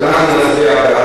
אז אנחנו נצביע בעד